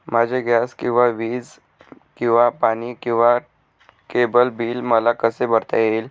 माझे गॅस किंवा वीज किंवा पाणी किंवा केबल बिल मला कसे भरता येईल?